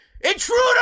Intruder